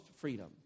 freedom